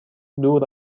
دور